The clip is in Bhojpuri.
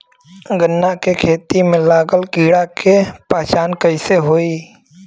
गन्ना के खेती में लागल कीड़ा के पहचान कैसे होयी?